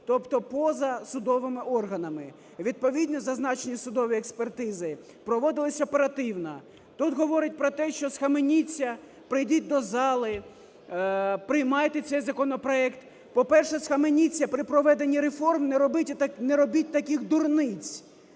тобто поза судовими органами. Відповідні зазначені судові експертизи проводились оперативно. Тут говорять про те, що схаменіться, прийдіть до зали, приймайте цей законопроект. По-перше, схаменіться при проведенні реформ. Не робіть таких дурниць.